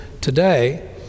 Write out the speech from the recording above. today